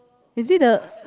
is it the